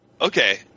okay